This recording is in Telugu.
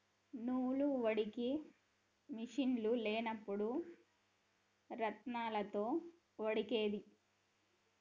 నూలు వడికే మిషిన్లు లేనప్పుడు రాత్నాలతో వడికేది